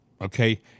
okay